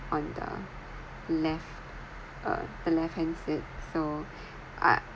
on the left uh the left hand set so I